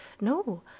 No